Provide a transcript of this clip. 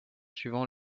suivant